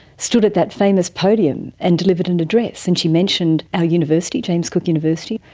stood at that famous podium and delivered an address, and she mentioned our university, james cook university.